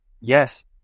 yes